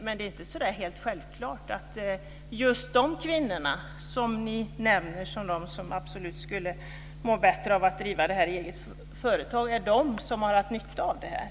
Men det är inte helt självklart att just de kvinnor som ni nämner skulle må bättre av att driva detta i eget företag är de kvinnor som har haft nytta av detta.